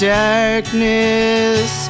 darkness